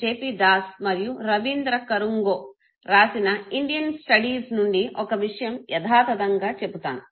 P Das Das మరియు రవీంద్ర కరుంగో రాసిన ఇండియన్ స్టడీస్ నుండి ఒక విషయం యథాతథంగా చెబుతాను